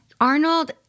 Arnold